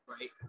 right